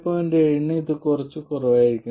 7 ന് ഇത് കുറച്ച് കുറവായിരിക്കും